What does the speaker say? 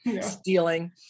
stealing